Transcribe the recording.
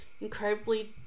incredibly